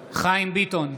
ביטון,